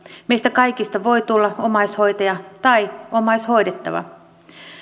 meistä kaikista voi tulla omaishoitaja tai omaishoidettava